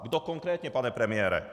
Kdo konkrétně, pane premiére?